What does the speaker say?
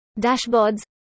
dashboards